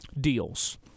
deals